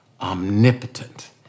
omnipotent